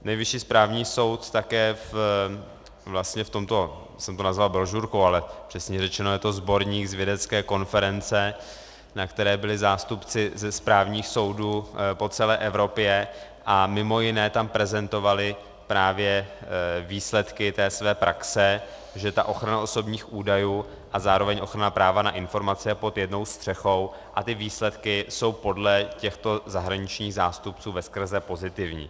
Nejvyšší správní soud také v této já jsem to nazval brožurkou, ale přesněji řečeno je to sborník z vědecké konference, na které byli zástupci ze správních soudů po celé Evropě a mimo jiné tam prezentovali právě výsledky své praxe, že ochrana osobních údajů a zároveň ochrana práva na informace je pod jednou střechou, a ty výsledky jsou podle těchto zahraničních zástupců veskrze pozitivní.